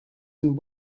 and